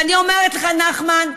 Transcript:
ואני אומרת לך, נחמן,